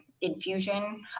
infusion